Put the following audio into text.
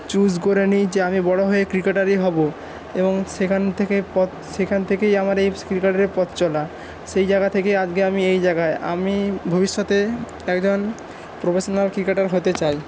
choose করে নিই যে আমি বড় হয়ে ক্রিকেটারই হব এবং সেখান থেকেই পথ সেখান থেকেই আমার এই ক্রিকেটারের পথ চলা সেই জায়গা থেকেই আজকে আমি এই জায়গায় আমি ভবিষ্যতে একজন প্রফেশনাল ক্রিকেটার হতে চাই